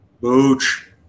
Booch